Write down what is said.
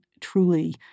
truly